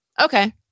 Okay